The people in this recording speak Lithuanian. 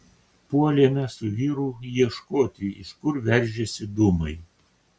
puolėme su vyru ieškoti iš kur veržiasi dūmai